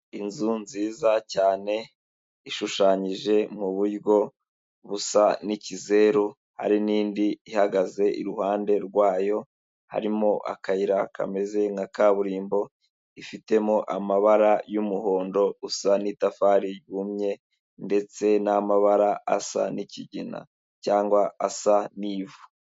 Inzu nziza cyane ishushanyije muburyo busa n'ikizeru hari n'indi ihagaze iruhande rwayo harimo akayira kameze nka kaburimbo ifitemo amabara y'umuhondo usa n'itafari ryumye ndetse n'amabara asa n'ikigina cyangwa asa n'ivu.